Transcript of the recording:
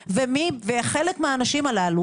הבריאות, וחלק מהאנשים הללו